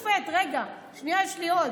רגע, יש לי עוד,